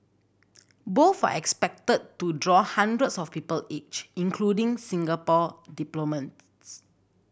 both are expected to draw hundreds of people each including Singapore